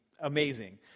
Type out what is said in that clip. amazing